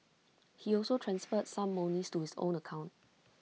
he also transferred some monies to his own account